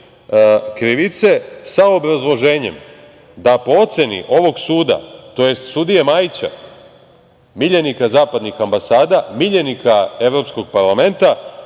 krivice sa obrazloženjem da po oceni ovog suda, tj. sudije Majića, miljenika zapadnih ambasada, miljenika Evropskog parlamenta,